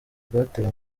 rwateye